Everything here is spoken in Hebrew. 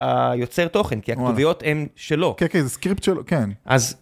היוצר תוכן כי הכתוביות הן שלו. כן כן זה סקריפט שלו, כן. אז.